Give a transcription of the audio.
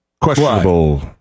questionable